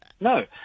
No